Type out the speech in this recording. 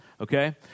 Okay